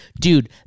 Dude